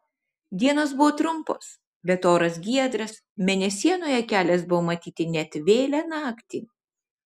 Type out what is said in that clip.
dienos buvo trumpos bet oras giedras mėnesienoje kelias buvo matyti net vėlią naktį